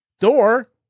Thor